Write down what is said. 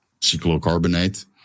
cyclocarbonate